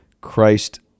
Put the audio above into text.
christ